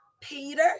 Peter